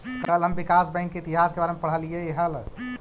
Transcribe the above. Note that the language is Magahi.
कल हम विकास बैंक के इतिहास के बारे में पढ़लियई हल